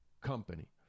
company